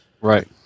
Right